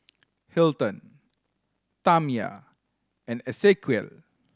Hilton Tamya and Esequiel